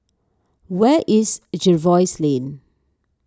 where is Jervois Lane